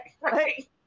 Right